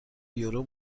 یورو